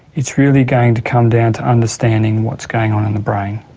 it's really going to come down to understanding what's going on in the brain.